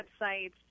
websites